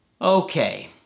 Okay